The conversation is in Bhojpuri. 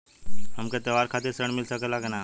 हमके त्योहार खातिर त्रण मिल सकला कि ना?